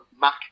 Mac